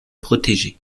protéger